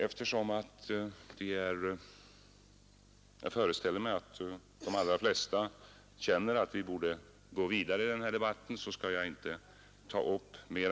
Eftersom jag föreställer mig att de allra flesta känner att vi borde gå vidare i debatten, skall jag inte ta mera tid.